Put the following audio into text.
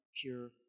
pure